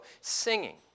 singing